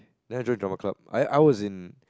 then I join Drama Club I I was in